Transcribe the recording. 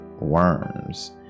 worms